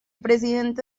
presidente